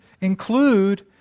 include